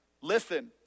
Listen